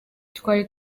twari